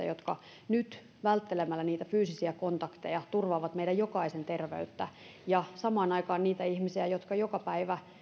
jotka nyt välttelemällä fyysisiä kontakteja turvaavat meidän jokaisen terveyttämme ja samaan aikaan niitä ihmisiä jotka joka päivä